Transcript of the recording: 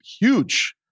huge